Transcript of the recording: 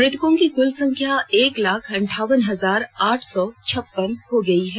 मृतकों की कुल संख्या एक लाख अन्ठावन हजार आठ सौ छप्पन हो गई है